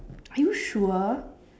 are you sure